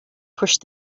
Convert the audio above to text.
pushed